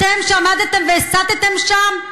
אתם, שעמדתם והסתתם שם.